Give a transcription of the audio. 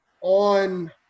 on